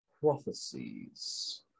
Prophecies